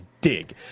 dig